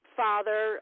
father